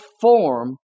form